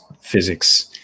physics